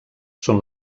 són